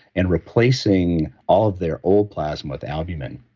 and replacing all of their old plasma with albumin.